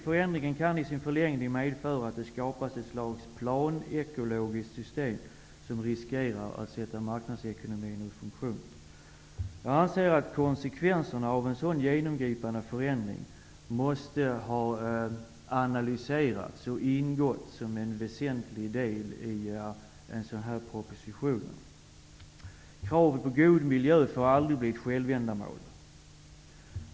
Förändringen kan i sin förlängning medföra att det skapas ett slags planekologiskt system som riskerar att sätta marknadsekonomin ur funktion. Jag anser att konsekvenserna av en sådan genomgripande förändring skulle ha analyserats och ingått som en väsentlig del i en sådan här proposition. Kravet på god miljö får aldrig bli ett självändamål.